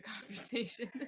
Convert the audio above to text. conversation